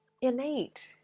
innate